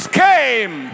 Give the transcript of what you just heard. came